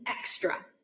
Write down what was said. extra